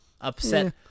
upset